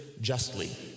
justly